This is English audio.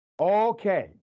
Okay